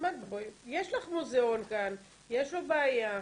יש לך מוזיאון כאן, יש לו בעיה.